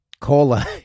cola